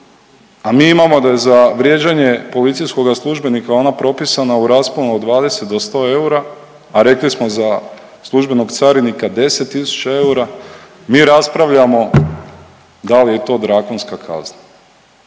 a mi imamo da je za vrijeđanje policijskoga službenika ona propisana u rasponu od 20 do 100 eura, a rekli smo, za službenog carinika 10 000 eura, mi raspravljamo da li je to drakonska kazna.